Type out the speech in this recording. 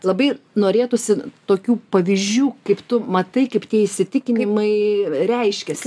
labai norėtųsi tokių pavyzdžių kaip tu matai kaip tie įsitikinimai reiškiasi